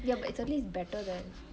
ya but it's at least better than